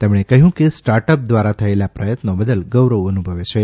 તેમણે કહ્યુ કે સ્ટાર્ટઅપ દ્વારા થયેલા પ્રયત્નો બદલ ગૌરવ અનુભવે છે